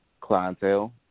clientele